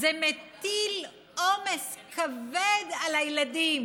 זה מטיל עומס כבד על הילדים.